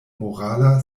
morala